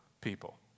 people